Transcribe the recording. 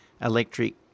electric